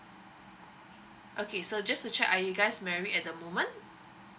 okay so just to check are you guys married at the moment